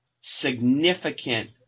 significant